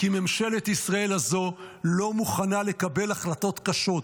כי ממשלת ישראל הזו לא מוכנה לקבל החלטות קשות.